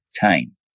time